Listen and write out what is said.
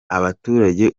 abaturage